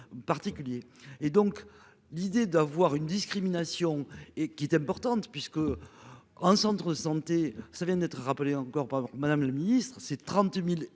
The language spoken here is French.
Particuliers et donc l'idée d'avoir une discrimination et qui est importante puisque, en centre-santé ça vient d'être rappelé encore par Madame le Ministre c'est 30.000.